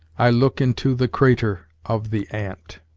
i look into the crater of the ant.